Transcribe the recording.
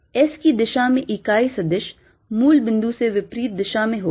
S की दिशा में इकाई सदिश मूल बिंदु से विपरीत दिशा में होगा